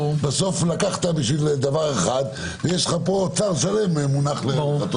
בסוף לקחת בשביל דבר אחד ואוצר שלם פה מונח לרגליך.